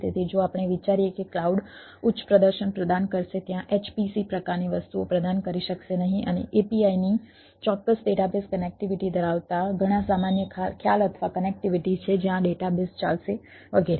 તેથી જો આપણે વિચારીએ કે ક્લાઉડ ઉચ્ચ પ્રદર્શન પ્રદાન કરશે ત્યાં HPC પ્રકારની વસ્તુઓ પ્રદાન કરી શકશે નહીં અને APIની ચોક્કસ ડેટાબેઝ કનેક્ટિવિટી ધરાવતા ઘણા સામાન્ય ખ્યાલ અથવા કનેક્ટિવિટી છે જ્યાં ડેટાબેઝ ચાલશે વગેરે